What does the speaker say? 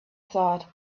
thought